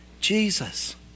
Jesus